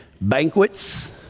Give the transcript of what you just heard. banquets